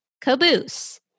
caboose